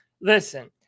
Listen